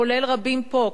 כולל רבים פה,